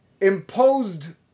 imposed